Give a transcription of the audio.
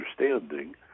understanding